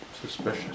Suspicious